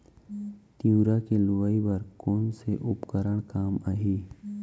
तिंवरा के लुआई बर कोन से उपकरण काम आही?